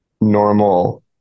normal